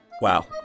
Wow